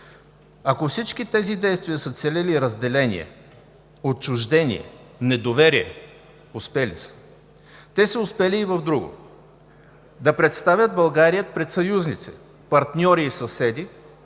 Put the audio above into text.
Ако всички тези действия са целели разделение, отчуждение, недоверие, успели са. Те са успели и в друго – да представят България пред съюзници, партньори и съседи